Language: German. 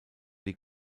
die